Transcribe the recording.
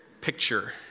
picture